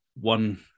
one